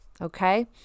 okay